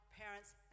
Parents